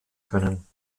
können